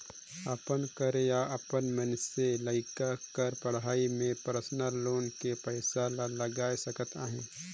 अपन कर या अपन मइनसे लइका कर पढ़ई में परसनल लोन के पइसा ला लगाए सकत अहे